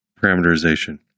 parameterization